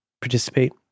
participate